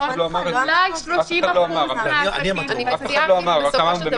אולי 30% מהעסקים --- בסופו של דבר,